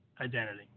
identity